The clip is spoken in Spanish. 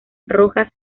rojas